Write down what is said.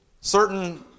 certain